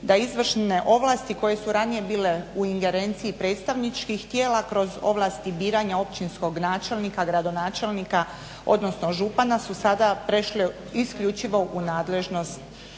da izvršne ovlasti koje su ranije bile u ingerenciji predstavničkih tijela, kroz ovlasti biranja općinskog načelnika, gradonačelnika, odnosno župana su sada prešle isključivo u nadležnost